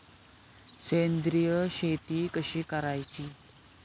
सेंद्रिय शेती कशी करायची?